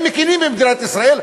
הם מכירים במדינת ישראל,